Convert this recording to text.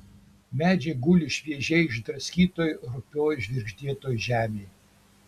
medžiai guli šviežiai išdraskytoj rupioj žvirgždėtoj žemėj